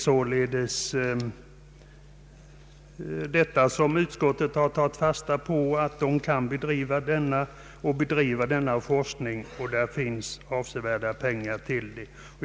Utskottet har således tagit fasta på att det finns avsevärda medel för bedrivande av denna forskning.